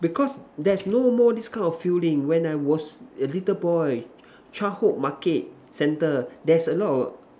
because there's no more this kind of feeling when I was a little boy childhood Market center there's a lot of